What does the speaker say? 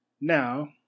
Now